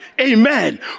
Amen